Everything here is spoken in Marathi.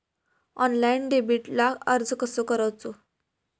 ऑनलाइन डेबिटला अर्ज कसो करूचो?